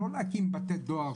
לא להקים בתי דואר,